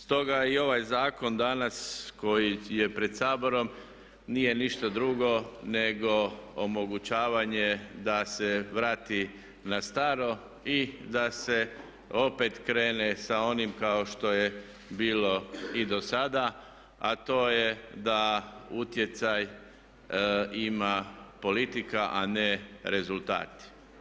Stoga i ovaj zakon danas koji je pred Saborom nije ništa drugo nego omogućavanje da se vrati na staro i da se opet krene sa onim kao što je bilo i do sada, a to je da utjecaj ima politika, a ne rezultati.